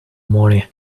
money